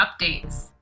updates